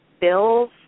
bills